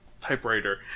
typewriter